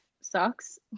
sucks